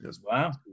Wow